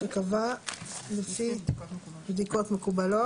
שקבע לפי בדיקות מקובלות.